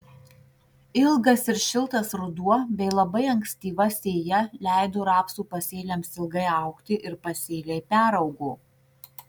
ilgas ir šiltas ruduo bei labai ankstyva sėja leido rapsų pasėliams ilgai augti ir pasėliai peraugo